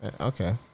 Okay